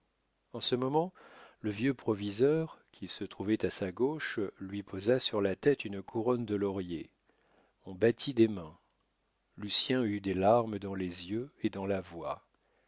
en ce moment le vieux proviseur qui se trouvait à sa gauche lui posa sur la tête une couronne de laurier on battit des mains lucien eut des larmes dans les yeux et dans la voix